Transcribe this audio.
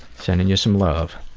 sending you some love.